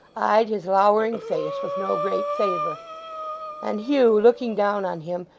eyed his lowering face with no great favour and hugh, looking down on him,